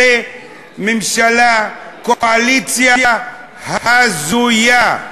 זו ממשלה, קואליציה הזויה.